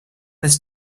this